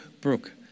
Brooke